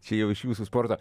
čia jau iš jūsų sporto